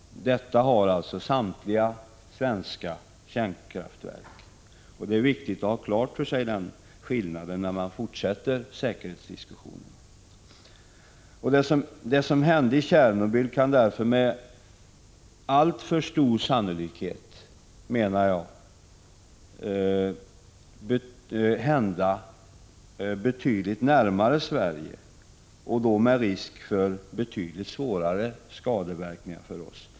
Detta har alltså samtliga svenska kärnkraftverk. Det är viktigt att ha denna skillnad klar för sig när man fortsätter säkerhetsdiskussionen. Det som hände i Tjernobyl kan därför med alltför stor sannolikhet hända betydligt närmare Sverige, och då med risk för betydligt svårare skadeverkningar för oss.